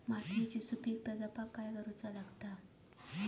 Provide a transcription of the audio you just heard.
मातीयेची सुपीकता जपाक काय करूचा लागता?